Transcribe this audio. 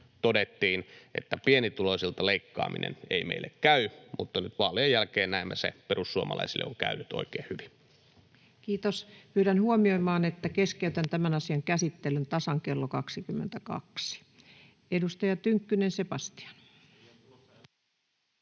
todettiin, että pienituloisilta leikkaaminen ei meille käy, mutta nyt vaalien jälkeen näemme, että perussuomalaisille se on käynyt oikein hyvin. Kiitos. — Pyydän huomioimaan, että keskeytän tämän asian käsittelyn tasan kello 22. — Edustaja Tynkkynen, Sebastian.